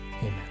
Amen